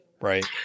right